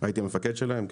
הייתי המפקד שלהם.